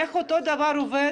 איך אותו דבר עובד